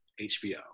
HBO